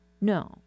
No